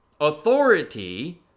authority